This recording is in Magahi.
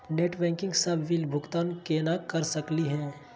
नेट बैंकिंग स बिल भुगतान केना कर सकली हे?